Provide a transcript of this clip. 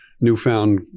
newfound